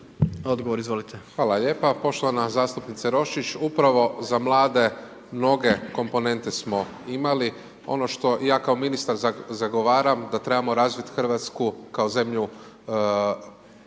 Marko (HDZ)** Hvala lijepa. Poštovana zastupnice Roščić, upravo za mlade mnoge komponente smo imali. Ono što ja kao ministar zagovaram da trebamo razviti Hrvatsku kao zemlju